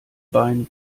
bein